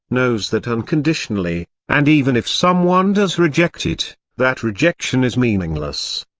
knows that unconditionally, and even if someone does reject it, that rejection is meaningless.